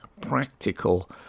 practical